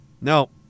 no